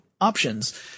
options